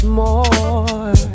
more